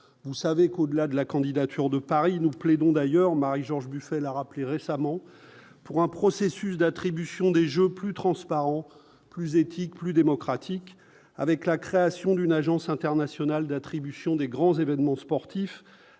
vous savez qu'au-delà de la candidature de Paris nous plaidons d'ailleurs Marie-George Buffet l'a rappelé récemment pour un processus d'attribution des Jeux plus transparent, plus éthique, plus démocratique, avec la création d'une agence internationale d'attribution des grands événements sportifs